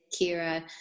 Kira